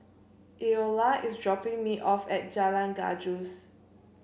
Eola is dropping me off at Jalan Gajus